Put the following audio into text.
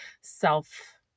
self